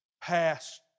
Past